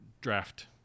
draft